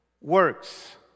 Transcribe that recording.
works